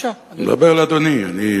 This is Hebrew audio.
אני מדבר אל אדוני.